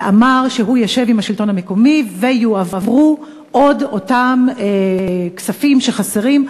ואמר שהוא ישב עם השלטון המקומי ויועברו עוד אותם כספים שחסרים,